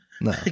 No